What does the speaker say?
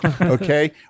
okay